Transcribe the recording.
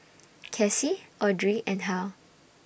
Kaci Audrey and Hal